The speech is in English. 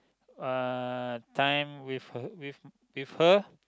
uh time with her with with her